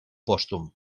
pòstum